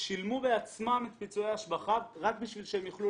שילמו בעצמם את פיצויי ההשבחה רק בשביל שיוכלו